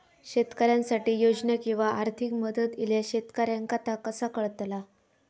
शेतकऱ्यांसाठी योजना किंवा आर्थिक मदत इल्यास शेतकऱ्यांका ता कसा कळतला?